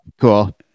cool